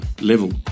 level